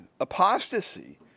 apostasy